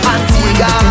Antigua